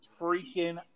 freaking